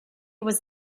was